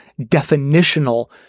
definitional